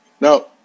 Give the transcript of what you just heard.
No